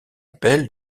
appel